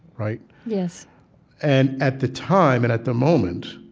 right? yes and at the time and at the moment,